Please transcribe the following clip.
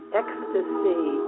ecstasy